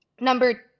number